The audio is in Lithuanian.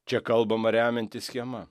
čia kalbama remiantis schema